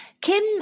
Kim